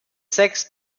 sechs